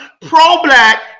Pro-black